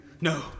No